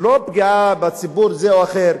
לא פגיעה בציבור זה או אחר,